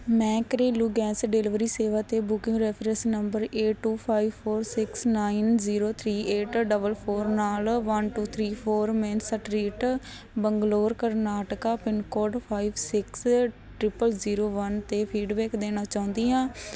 ਮੈਂ ਘਰੇਲੂ gas delivery ਸੇਵਾ 'ਤੇ booking reference number eight two five four six nine zero three eight double four ਨਾਲ one two three four main street Bangalore Karnataka pin code five six triple zero one 'ਤੇ feedback ਦੇਣਾ ਚਾਹੁੰਦੀ ਹਾਂ